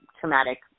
traumatic